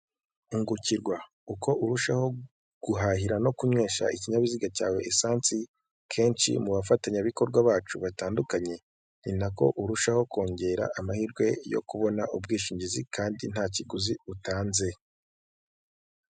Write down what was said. Ungukirwa uko urushaho guhahira no kunywesha ikinyabiziga cyawe esansi kenshi mu bafatanyabikorwa bacu batandukanye ni na ko urushaho kongera amahirwe yo kubona ubwishingizi kandi nta kiguzi utanze.